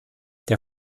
der